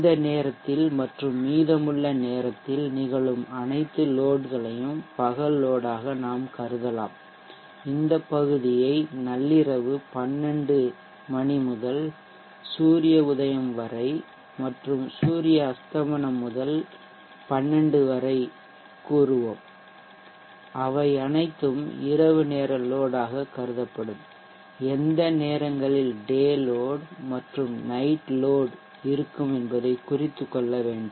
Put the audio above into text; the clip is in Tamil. அந்த நேரத்தில் மற்றும் மீதமுள்ள நேரத்தில் நிகழும் அனைத்து லோட்களையும் பகல் லோட் ஆக நாம் கருதலாம் இந்த பகுதியை நள்ளிரவு 1200 மணி முதல் சூரிய உதயம் வரை மற்றும் சூரிய அஸ்தமனம் முதல் நள்ளிரவு 1200 வரை கூறுவோம் அவை அனைத்தும் இரவுநேர லோட் ஆக கருதப்படும் எந்த நேரங்களில் டே லோட் மற்றும் நைட் லோட் இருக்கும் என்பதை குறித்துக்கொள்ள வேண்டும்